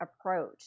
approach